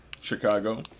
Chicago